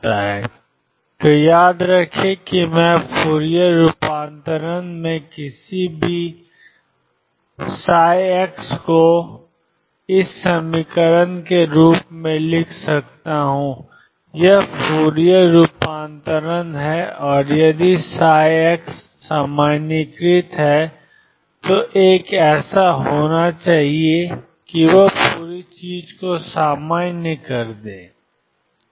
तो याद रखें कि मैं फूरियर रूपांतरण में किसी भी ψ को 12π ∫dk k eikx के रूप में लिख सकता हूं यह फूरियर रूपांतरण है और यदि ψ सामान्यीकृत है तो एक ऐसा होना चाहिए कि वे पूरी चीज को सामान्य कर दें